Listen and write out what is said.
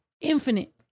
infinite